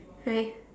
right